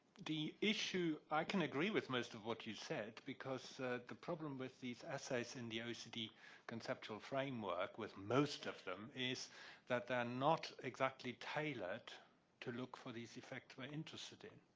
the issue i can agree with most of what you said because the problem with these assays in the ah oecd conceptual framework with most of them is that they're not exactly tailored to look for these effects we're interested in.